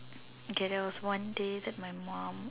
okay there was one day that my mum